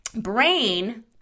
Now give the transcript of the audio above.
brain